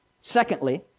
Secondly